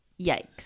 Yikes